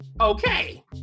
Okay